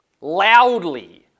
loudly